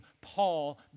Paul